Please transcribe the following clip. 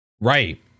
right